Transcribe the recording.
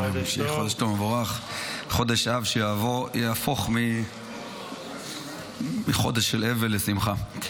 חודש אב שיהפוך מחודש של אבל לשמחה.